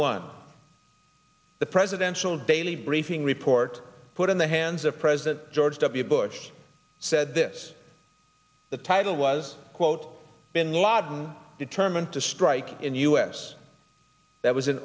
one the presidential daily briefing report put in the hands of president george w bush said this the title was quote bin ladin determined to strike in us that was in